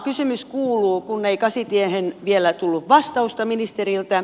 kysymys kuuluu kun ei kasitiehen vielä tullut vastausta ministeriltä